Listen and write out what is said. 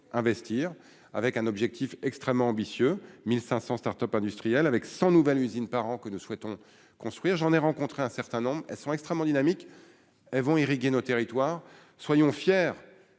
investir avec un objectif extrêmement ambitieux 1500 Start-Up industrielles avec 100 nouvelle usines parents que nous souhaitons construire, j'en ai rencontré un certain nombre, elles sont extrêmement dynamique, elles vont irriguer nos territoires soyons fier